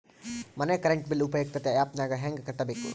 ಮನೆ current bill ಉಪಯುಕ್ತತೆ app ನಾಗ ಹೆಂಗ ಕಟ್ಟಬೇಕು?